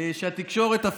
כשהתקשורת,